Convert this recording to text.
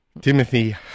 Timothy